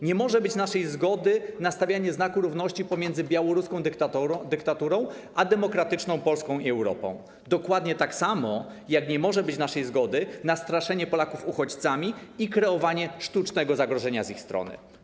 Nie może być naszej zgody na stawianie znaku równości pomiędzy białoruską dyktaturą a demokratyczną Polską i Europą, dokładnie tak samo, jak nie może być naszej zgody na straszenie Polaków uchodźcami i kreowanie sztucznego zagrożenia z ich strony.